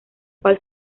cual